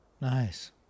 Nice